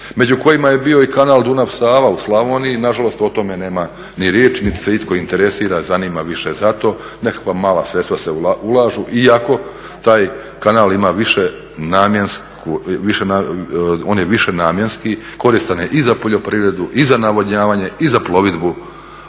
među kojima je bio i Kanal Dunav-Sava u Slavoniji, nažalost o tome nema ni riječi niti se itko interesira, zanima više za to, nekakva mala sredstva se ulažu iako taj kanal ima više namjensku, on je višenamjenski, koristan je i za poljoprivredu i za navodnjavanje i za plovidbu